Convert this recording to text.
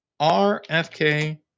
RFK